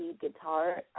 guitar